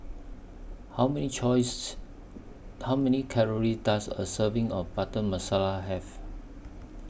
How Many Choice How Many Calories Does A Serving of Butter Masala Have